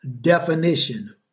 definition